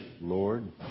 Lord